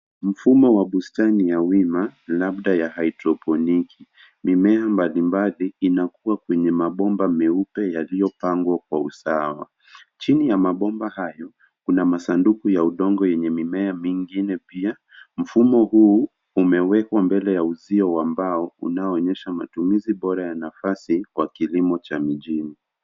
Mfumo wa bustani ya wima labda ya haidroponiki, mimea mbali mbali inakua kwenye mabomba meupe yaliyopangwa kwa usawa. Chini ya mabomba hayo kuna masanduku ya udongo yenye mimiea mingine pia, mfumo huu umewekwa mbele ya uzio wa mbao unaoonyesha matumizi bora ya nafasi kwa kilimo cha mijini.